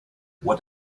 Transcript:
what